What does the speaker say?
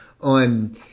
on